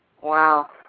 Wow